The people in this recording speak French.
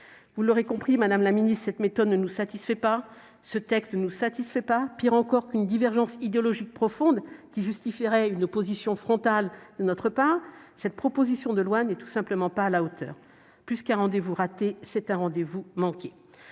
Vous l'aurez compris, cette méthode ne nous satisfait pas ; ce texte ne nous satisfait pas. Pis encore qu'une divergence idéologique profonde qui justifierait une opposition frontale de notre part, cette proposition de loi n'est tout simplement pas à la hauteur. Plus qu'un rendez-vous raté, c'est un rendez-vous manqué.